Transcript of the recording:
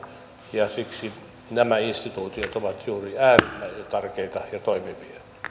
ja siksi nämä instituutiot ovat juuri äärimmäisen tärkeitä ja toimivia